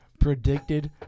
predicted